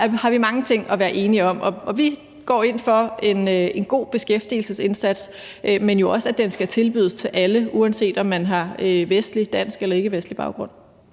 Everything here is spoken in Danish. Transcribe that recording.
har vi mange ting at være enige om. Vi går ind for en god beskæftigelsesindsats, men jo også for, at den skal tilbydes alle, uanset om man har en dansk, vestlig eller ikkevestlig baggrund.